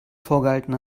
vorgehalten